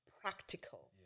practical